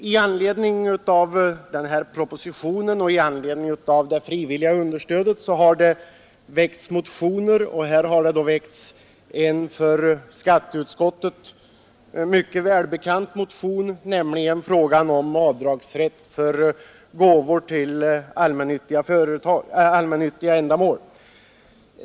Med anledning av propositionen har det väckts motioner, bland andra en för skatteutskottet välbekant sådan om avdragsrätt för gåvor till allmännyttiga ändamål.